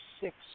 six